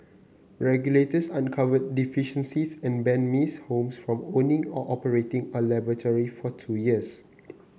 regulators uncovered deficiencies and banned Miss Holmes from owning or operating a laboratory for two years